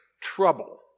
trouble